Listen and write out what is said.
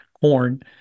corn